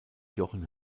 jochen